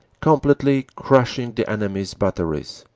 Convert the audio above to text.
completely crushing the enemy's batteries,